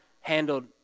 handled